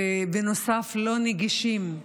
ובנוסף, לא נגישים.